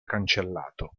cancellato